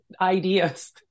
ideas